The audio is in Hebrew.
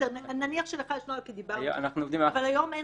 נניח שלך יש נוהל, כי דיברנו, אבל היום אין